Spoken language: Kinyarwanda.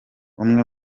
umwe